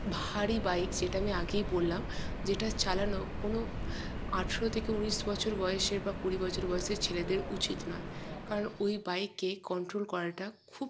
ভারী বাইক যেটা আমি আগেই বললাম যেটা চালানো কোনও আঠেরো থেকে উনিশ বছর বয়সের বা কুড়ি বছর বয়সের ছেলেদের উচিত নয় কারণ ওই বাইককে কন্ট্রোল করাটা খুব